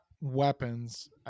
weapons